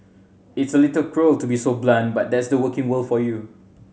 it's a little cruel to be so blunt but that's the working world for you